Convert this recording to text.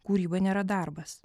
kūryba nėra darbas